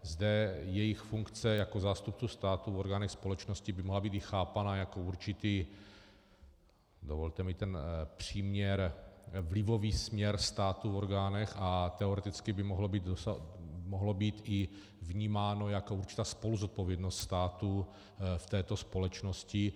Zde jejich funkce jako zástupců státu v orgánech společnosti by mohla být chápána jako určitý, dovolte mi ten příměr, vlivový směr státu v orgánech a teoreticky by mohla být i vnímána jako určitá spoluzodpovědnost státu v této společnosti.